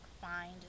find